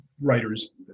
writers